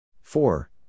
Four